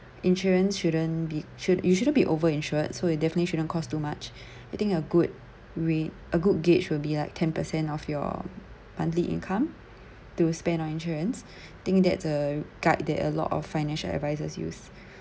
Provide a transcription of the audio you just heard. insurance shouldn't be should you shouldn't be over insured so you definitely shouldn't cost too much I think a good rate a good gauge will be like ten percent of your monthly income to spend on insurance think that a guide that a lot of financial advisers use